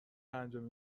انجام